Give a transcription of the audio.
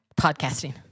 podcasting